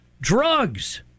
drugs